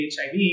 HIV